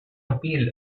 appeal